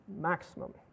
maximum